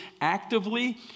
actively